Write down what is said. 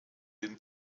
den